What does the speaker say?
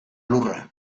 lurra